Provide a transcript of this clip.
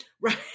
right